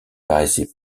paraissait